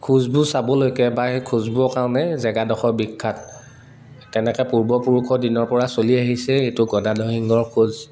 খোজবোৰ চাবলৈকে বা সেই খোজবোৰৰ কাৰণে জেগাডোখৰ বিখ্যাত তেনেকে পূৰ্বপুৰুষৰ দিনৰ পৰা চলি আহিছে এইটো গদাধৰ সিংহৰ খোজ